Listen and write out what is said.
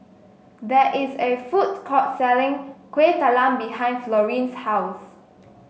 there is a food court selling Kueh Talam behind Florene's house